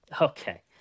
okay